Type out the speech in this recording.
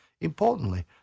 Importantly